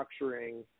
structuring